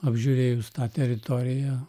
apžiūrėjus tą teritoriją